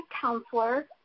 counselor